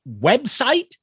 website